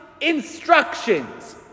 instructions